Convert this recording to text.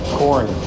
corn